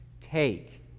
Take